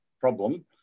problem